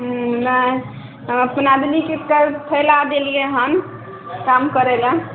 हूँ नहि हम फूल आदमीके फैला देलियै हन काम करै लऽ